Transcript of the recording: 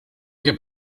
que